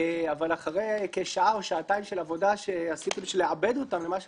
אבל אחרי כשעה או שעתיים של עבודה שעשיתי בשביל לעבד אותם למשהו